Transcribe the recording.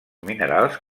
minerals